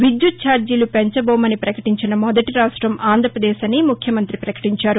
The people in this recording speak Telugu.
విద్యుత్ ఛార్జీలు పెంచబోమని ప్రకటించిన మొదటిరాష్టం ఆంధ్రప్రదేశ్ అని ముఖ్యమంతి ప్రకటించారు